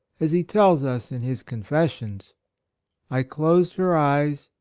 as he tells us in his confessions i closed her eyes,